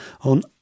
on